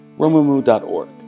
Romumu.org